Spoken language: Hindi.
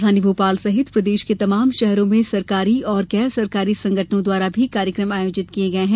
राजधानी भोपाल सहित प्रदेश के तमाम शहरों में सरकारी और गैर सरकारी संगठनों द्वारा भी कार्यक्रम आयोजित किये गये है